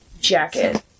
jacket